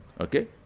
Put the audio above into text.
Okay